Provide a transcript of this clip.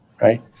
right